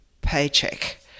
paycheck